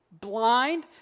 blind